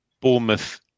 Bournemouth